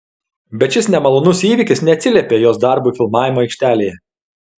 bet šis nemalonus įvykis neatsiliepė jos darbui filmavimo aikštelėje